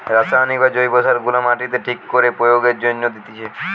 রাসায়নিক বা জৈব সার গুলা মাটিতে ঠিক করে প্রয়োগের জন্যে দিতেছে